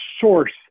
source